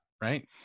right